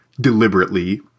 deliberately